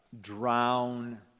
drown